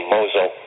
Mosul